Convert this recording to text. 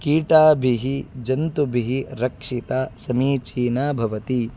कीटाभिः जन्तुभिः रक्षिता समीचीना भवति